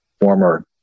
former